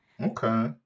Okay